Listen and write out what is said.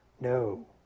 No